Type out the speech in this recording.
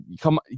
come